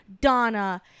Donna